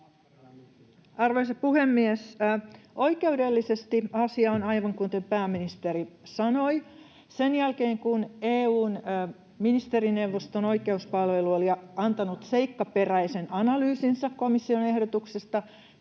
Arvoisa puhemies! Oikeudellisesti asia on aivan kuten pääministeri sanoi. Sen jälkeen, kun EU:n ministerineuvoston oikeuspalvelu oli antanut seikkaperäisen analyysinsa komission ehdotuksesta,